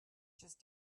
just